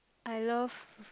I love